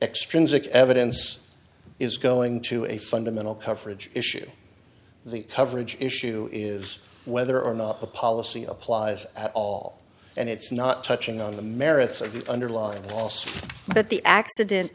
extrinsic evidence is going to a fundamental coverage issue the coverage issue is whether or not the policy applies at all and it's not touching on the merits of the underlying os but the accident